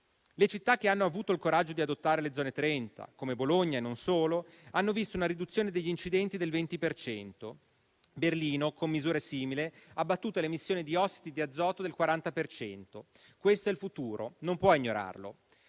Le città che hanno avuto il coraggio di adottare le Zone 30, come Bologna e non solo, hanno visto una riduzione degli incidenti del 20 per cento. Berlino, con misure simili, ha abbattuto le emissioni di ossidi di azoto del 40 per cento. Questo è il futuro, non si può ignorarlo